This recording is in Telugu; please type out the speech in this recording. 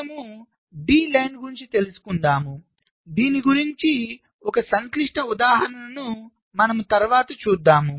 మనము D లైన్ గురించి తెలుసుకుందాము దీని గురించి ఒక సంక్లిష్ట ఉదాహరణను మనం తర్వాత చూద్దాం